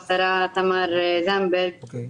השרה תמר זנדברג,